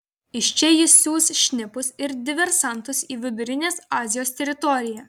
iš čia jis siųs šnipus ir diversantus į vidurinės azijos teritoriją